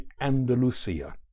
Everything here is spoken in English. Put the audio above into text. Andalusia